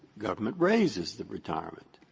government raises the retirement.